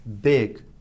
big